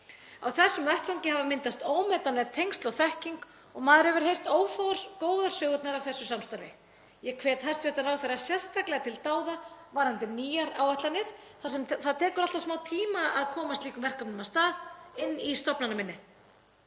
Á þessum vettvangi hafa myndast ómetanleg tengsl og þekking og maður hefur heyrt ófáar góðar sögurnar af þessu samstarfi. Ég hvet hæstv. ráðherra sérstaklega til dáða varðandi nýjar áætlanir þar sem það tekur alltaf smá tíma til að koma slíkum verkefnum af stað, inn í stofnanaminnið.